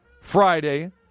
Friday